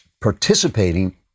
participating